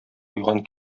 куйган